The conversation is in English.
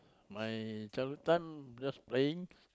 my childhood time just playing